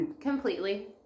completely